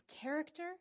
character